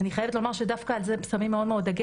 אני חייבת לומר שדווקא על זה הם שמים מאוד דגש,